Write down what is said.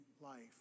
life